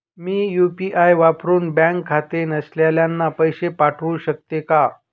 मी UPI वापरुन bank खाते नसलेल्यांना पैसे पाठवू शकते का?